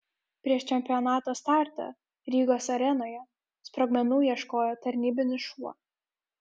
prieš čempionato startą rygos arenoje sprogmenų ieškojo tarnybinis šuo